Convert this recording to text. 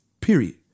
Period